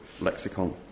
lexicon